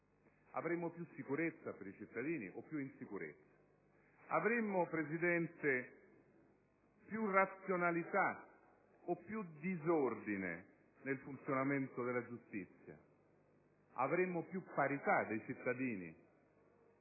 Avremmo più sicurezza per i cittadini o più insicurezza? Avremmo, Presidente, più razionalità o più disordine nel funzionamento della giustizia? Avremmo più parità dei cittadini